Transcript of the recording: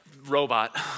robot